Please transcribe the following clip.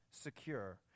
secure